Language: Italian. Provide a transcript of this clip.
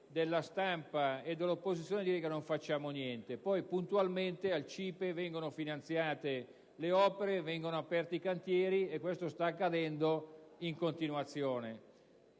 della stampa e dell'opposizione che non facciamo niente, mentre poi puntualmente al CIPE vengono finanziate le opere e vengono aperti i cantieri, e questo accade in continuazione.